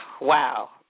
Wow